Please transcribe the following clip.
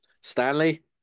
Stanley